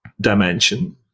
dimension